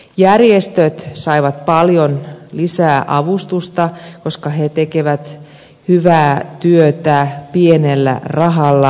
järjestöt saivat paljon lisää avustusta koska ne tekevät hyvää työtä pienellä rahalla